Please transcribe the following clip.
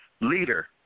leader